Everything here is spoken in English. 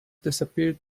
disappeared